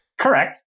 Correct